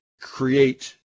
create